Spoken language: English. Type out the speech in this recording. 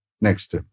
Next